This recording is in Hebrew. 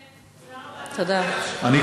1269, 1376, 1390, 1393, 1402, 1455, 1489 ו-1497.